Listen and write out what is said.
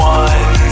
one